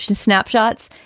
snapshots.